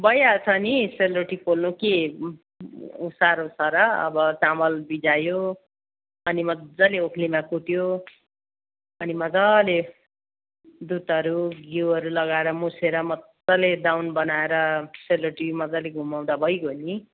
भइहाल्छ नि सेलरोटी पोल्नु के साह्रो छ र अब चामल भिजायो अनि मज्जाले ओखलीमा कुट्यो अनि मज्जाले दुधहरू घिउहरू लगाएर मुछेर मज्जाले दाउन बनाएर सेलरोटी मज्जाले घुमाउँदा भइगयो नि